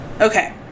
okay